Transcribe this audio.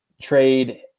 trade